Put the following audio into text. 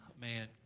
Man